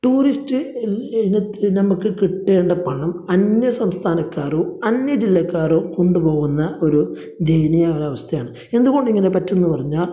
tourist ഇനത്തിൽ നമുക്ക് കിട്ടേണ്ട പണം അന്യ സംസ്ഥാനക്കാരോ അന്യ ജില്ലക്കാരോ കൊണ്ട് പോകുന്ന ഒരു ദയനീയ അവസ്ഥയാണ് എന്തുകൊണ്ട് ഇങ്ങനെ പറ്റുന്ന് പറഞ്ഞാൽ